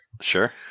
sure